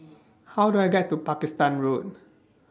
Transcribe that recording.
How Do I get to Pakistan Road